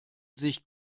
sich